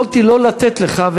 יכולתי לא לתת לך,